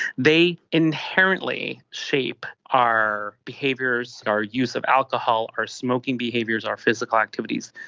they inherently shape our behaviours, our use of alcohol, our smoking behaviours, our physical activities.